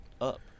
up